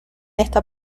esta